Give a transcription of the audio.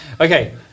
Okay